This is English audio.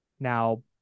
Now